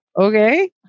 okay